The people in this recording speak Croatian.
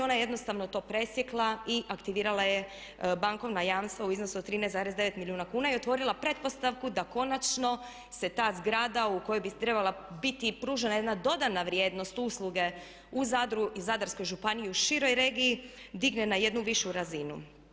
Ona je jednostavno to presjekla i aktivirala je bankovna jamstva u iznosu od 13,9 milijuna kuna i otvorila pretpostavku da konačno se ta zgrada u kojoj bi trebala biti pružena i jedna dodana vrijednost usluge u Zadru i Zadarskoj županiji, u široj regiji digne na jednu višu razinu.